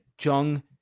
Jung